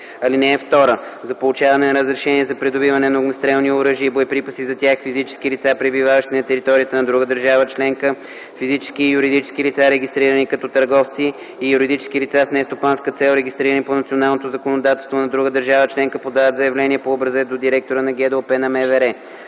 съхранение. (2) За получаване на разрешение за придобиване на огнестрелни оръжия и боеприпаси за тях физически лица, пребиваващи на територията на друга държава членка, физически и юридически лица, регистрирани като търговци, и юридически лица с нестопанска цел, регистрирани по националното законодателство на друга държава членка, подават заявление по образец до директора на ГДОП на МВР.